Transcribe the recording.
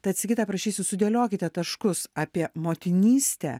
tad sigita prašysiu sudėliokite taškus apie motinystę